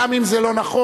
גם אם זה לא נכון,